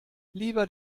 lieber